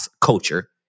culture